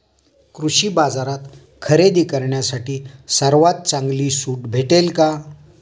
कृषी बाजारात खरेदी करण्यासाठी सर्वात चांगली सूट भेटेल का?